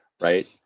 right